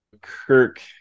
Kirk